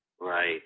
Right